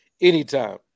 anytime